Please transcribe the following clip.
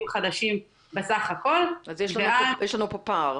חדשים בסך הכל ואז --- אז יש לנו פה פער.